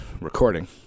recording